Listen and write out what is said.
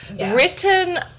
Written